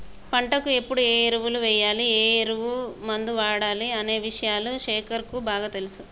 పంటకు ఎప్పుడు ఏ ఎరువులు వేయాలి ఏ పురుగు మందు వాడాలి అనే విషయాలు శేఖర్ కు బాగా తెలుసు